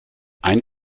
ein